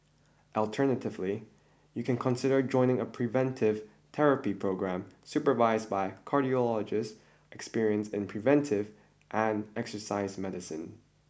alternatively you can consider joining a preventive therapy programme supervised by cardiologist experienced in preventive and exercise medicine